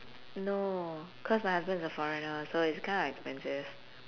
no cause my husband's a foreigner so it's kind of expensive